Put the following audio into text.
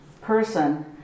person